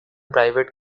private